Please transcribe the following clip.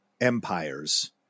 empires